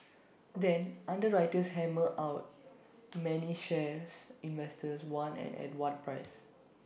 then underwriters hammer out many shares investors want and at what price